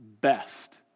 best